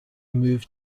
moved